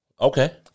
Okay